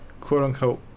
quote-unquote